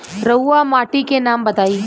रहुआ माटी के नाम बताई?